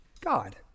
God